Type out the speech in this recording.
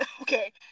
Okay